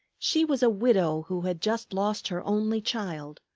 she was a widow who had just lost her only child,